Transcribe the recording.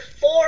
four